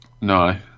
No